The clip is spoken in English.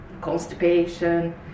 constipation